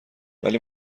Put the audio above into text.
ولی